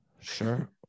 Sure